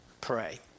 Pray